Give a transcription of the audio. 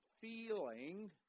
feeling